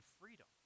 freedom